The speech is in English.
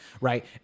right